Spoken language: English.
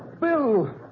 Bill